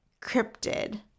cryptid